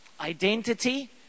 identity